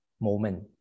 moment